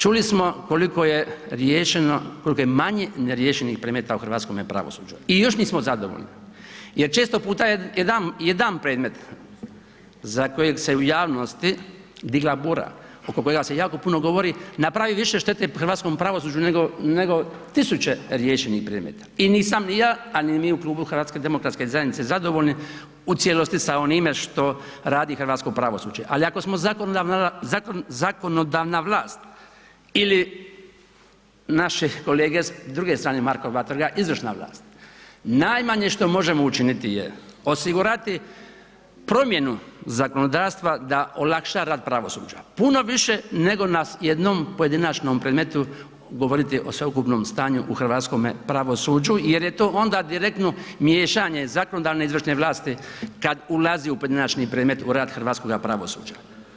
Čuli smo koliko je riješeno, kolko je manje neriješenih predmeta u hrvatskome pravosuđu i još nismo zadovoljni jer često puta je jedan, jedan predmet za kojeg se u javnosti digla bura, oko kojega se jako puno govori, napravi više štete hrvatskom pravosuđu, nego, nego tisuće riješenih predmeta i nisam ni ja, a ni mi u Klubu HDZ-a zadovoljni u cijelosti sa onime što radi hrvatsko pravosuđe, ali ako smo zakonodavna vlast ili naše kolege s druge strane Markova trga izvršna vlast, najmanje što možemo učiniti je osigurati promjenu zakonodavstva da olakša rad pravosuđa, puno više nego na jednom pojedinačnom predmetu govoriti o sveukupnom stanju u hrvatskome pravosuđu jer je to onda direktno miješanje zakonodavne i izvršne vlasti kad ulazi u pojedinačni predmet u rad hrvatskoga pravosuđa.